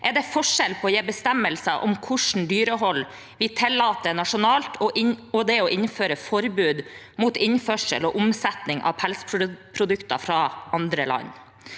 er det forskjell på å gi bestemmelser om hvilket dyrehold vi tillater nasjonalt, og det å innføre forbud mot innførsel og omsetning av pelsprodukter fra andre land.